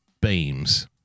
beams